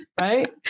Right